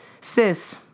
Sis